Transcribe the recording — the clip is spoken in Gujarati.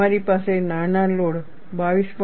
તમારી પાસે નાના લોડ 22